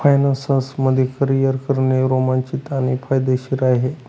finance मध्ये career करणे रोमांचित आणि फायदेशीर आहे